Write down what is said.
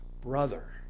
brother